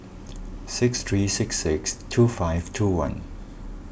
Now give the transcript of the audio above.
six three six six two five two one